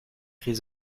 cris